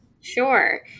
Sure